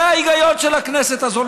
זה ההיגיון של הכנסת הזו.